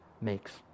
makes